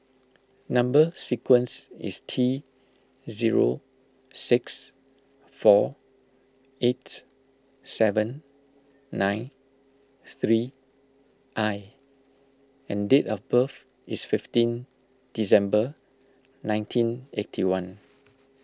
Number Sequence is T zero six four eight seven nine three I and date of birth is fifteen December nineteen eighty one